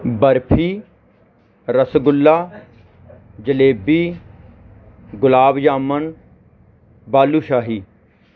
barfi rasgulla jalebi gulab jamun balushahi